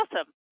awesome